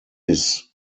his